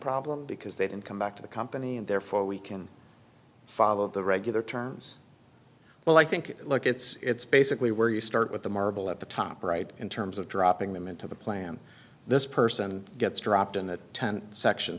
problem because they don't come back to the company and therefore we can follow the regular terms well i think look it's basically where you start with the marble at the top right in terms of dropping them into the plan this person gets dropped in that ten section